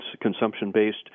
consumption-based